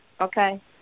okay